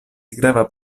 grava